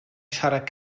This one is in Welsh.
siarad